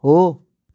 हो